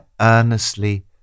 earnestly